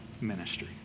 ministry